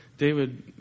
David